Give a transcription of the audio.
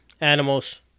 animals